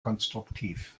konstruktiv